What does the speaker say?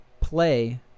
Play